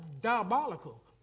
Diabolical